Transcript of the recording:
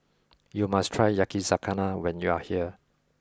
you must try Yakizakana when you are here